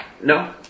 No